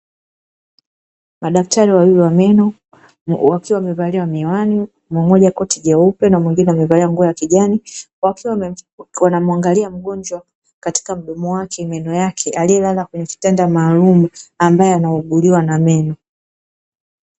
Madaktari wawili wa meno wakiwa wamevalia miwani, mmoja koti jeupe na mwingine koti la kijani wakiwa wanamwangalia mgonjwa katika mdomo wake meno yake aliyelala kwenye kitanda maalumu anayeuguliwa na meno.